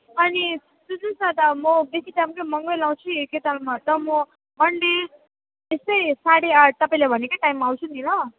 अनि सुन्नुहोस् न दा म बेसी दामकै महँगै लाउँछु एकैतालमा त म मन्डे त्यस्तै साढे आठ तपाईँले भनेकै टाइम आउँछु नि ल